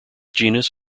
genus